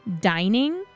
dining